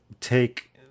take